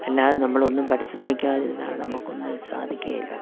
അല്ലാതെ നമ്മളൊന്നും പരിശ്രമിക്കാതിരുന്നാൽ നമുക്കൊന്നും സാധിക്കുകയില്ല